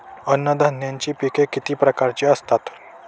अन्नधान्याची पिके किती प्रकारची असतात?